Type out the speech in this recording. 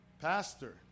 Pastor